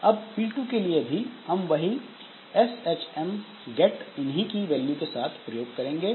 अब P2 के लिए भी हम वही एसएचएम गेट उन्हीं की वैल्यू के साथ प्रयोग करेंगे